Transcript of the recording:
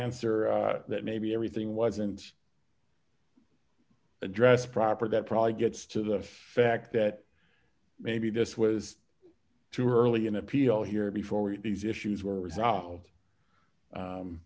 answer that maybe everything wasn't address proper that probably gets to the fact that maybe this was too early an appeal here before these issues were resolved